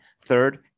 Third